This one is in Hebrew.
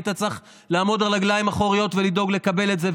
היית צריך לעמוד על רגליים אחוריות ולדאוג לקבל את זה,